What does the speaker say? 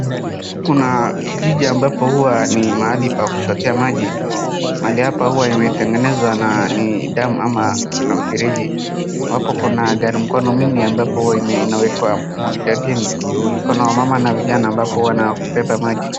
Kuna kijiji ambapo huwa ni mahali pa kuchote maji. Mahali hapa huwa imetengenezwa na ni dam ama kuna mfereji. Hapo kuna gari mkono mingi ambapo huwa ina, imewekwa moja chini. Kuna wamama na vijana ambapo wanabeba maji.